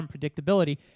unpredictability